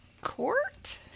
court